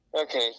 Okay